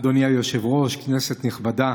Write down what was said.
אדוני היושב-ראש, כנסת נכבדה,